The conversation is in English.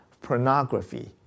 pornography